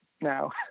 now